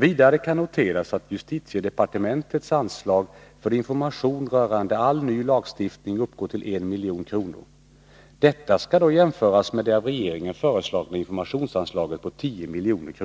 Vidare kan noteras att justitiedepartementets anslag för information rörande all ny lagstiftning uppgår till 1 milj.kr. Detta skall då jämföras med det av regeringen föreslagna informationsanslaget på 10 milj.kr.